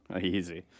Easy